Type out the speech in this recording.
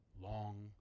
long